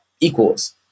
equals